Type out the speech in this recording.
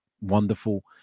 wonderful